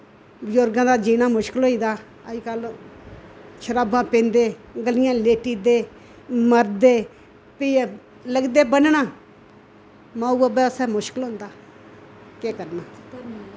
बुजुरगे दा जीना मुश्कल होई दा अजकल शराबा पिंदे गलियां लेटी दे मरदे फ्ही लगदे बन्ना माऊ बब्बे आस्तै मुश्कल होंदा केह् करना